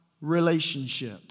relationship